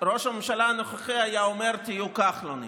ראש הממשלה הנוכחי היה אומר: תהיו כחלונים.